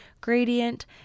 gradient